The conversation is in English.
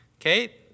Okay